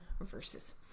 verses